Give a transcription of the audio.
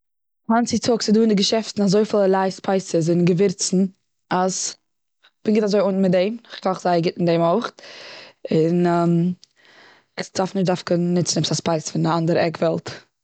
היינט צוטאגס איז דא און די געשעפטן אזוי פיל ערליי ספייסעס און געווירצן אז כ'בין גוט אזוי אן, מיט דעם, כ'קאך זייער גוט אן דעם אויך. און עס דארף נישט דוקא נוצן עפעס א ספייס פון די אנדערע עק וועלט.